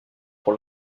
pour